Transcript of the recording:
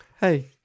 Hey